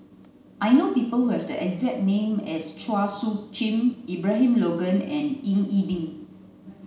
I know people who have the exact name as Chua Soo Khim Abraham Logan and Ying E Ding